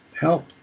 help